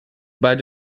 bei